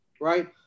right